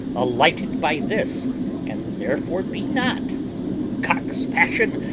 alighted by this and therefore be not cock's passion,